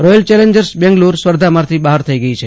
royal challengers Bengaluru સ્પર્ધામાંથી બહાર થઇ ગઈ છે